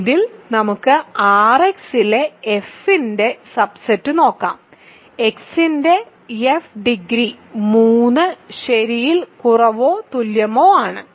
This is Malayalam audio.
ഇതിൽ നമുക്ക് Rx ലെ f ന്റെ സബ്സെറ്റ് നോക്കാം X ന്റെ f ഡിഗ്രി 3 ശരിയിൽ കുറവോ തുല്യമോ ആണ്